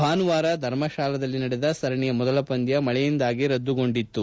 ಭಾನುವಾರ ಧರ್ಮತಾಲಾದಲ್ಲಿ ನಡೆದ ಸರಣಿಯ ಮೊದಲ ಪಂದ್ಡ ಮಕೆಯಿಂದಾಗಿ ರದ್ಗುಗೊಂಡಿತು